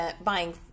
buying